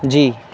جی